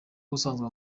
ubusanzwe